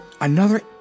Another